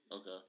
okay